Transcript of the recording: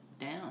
down